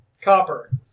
copper